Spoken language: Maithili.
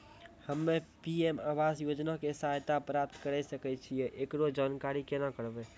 हम्मे पी.एम आवास योजना के सहायता प्राप्त करें सकय छियै, एकरो जानकारी केना करबै?